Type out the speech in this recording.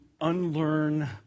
unlearn